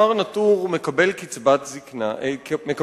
מר נטור מקבל קצבת נכות,